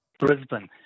Brisbane